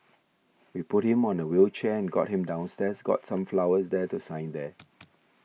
we put him on a wheelchair and got him downstairs got some flowers there to sign there